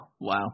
Wow